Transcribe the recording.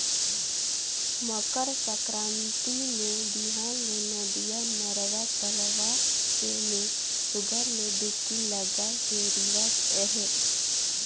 मकर संकरांति मे बिहान ले नदिया, नरूवा, तलवा के में सुग्घर ले डुबकी लगाए के रिवाज अहे